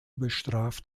bestraft